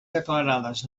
declarades